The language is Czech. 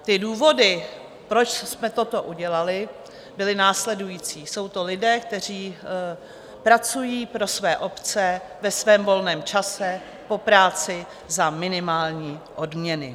Ty důvody, proč jsme toto udělali, byly následující jsou to lidé, kteří pracují pro své obce ve svém volném čase, po práci, za minimální odměny.